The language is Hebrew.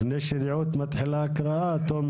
לפני שרעות מתחילה את ההקראה תומר